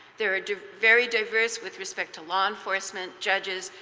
they are very diverse with respect to law enforcement, judges,